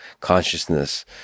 consciousness